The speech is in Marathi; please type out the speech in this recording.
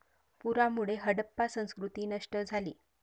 पुरामुळे हडप्पा संस्कृती नष्ट झाली